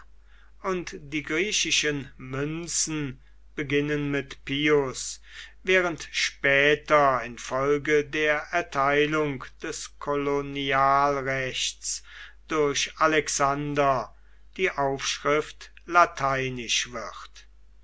und die griechischen münzen beginnen mit plus während später infolge der erteilung des kolonialrechts durch alexander die aufschrift lateinisch wird